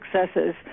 successes